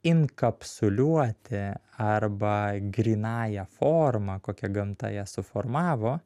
inkapsuliuoti arba grynąja forma kokia gamta ją suformavo